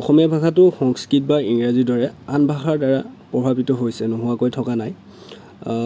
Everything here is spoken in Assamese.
অসমীয়া ভাষাটো সংস্কৃত বা ইংৰাজীৰ দৰে আন ভাষাৰ দাৰা প্ৰভাৱিত হৈছে নোহোৱাকৈ থকা নাই